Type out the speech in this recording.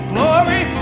Glory